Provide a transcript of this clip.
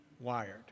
wired